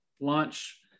launch